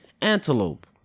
antelope